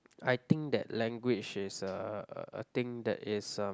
I think that language is uh a thing that is um